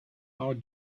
our